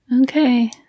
Okay